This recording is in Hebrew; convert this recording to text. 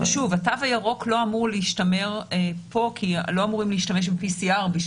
התו הירוק לא אמור להשתמר פה כי לא אמורים להשתמש ב-PCR.